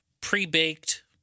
pre-baked